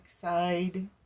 side